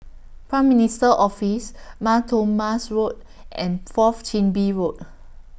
Prime Minister's Office Mar Thoma's Road and Fourth Chin Bee Road